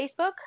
Facebook